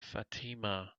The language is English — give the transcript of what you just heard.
fatima